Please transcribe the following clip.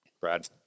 Brad